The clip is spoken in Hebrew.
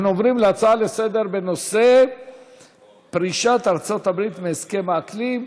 אנחנו עוברים להצעות לסדר-היום בנושא פרישת ארצות הברית מהסכם האקלים,